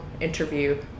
interview